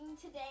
today